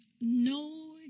no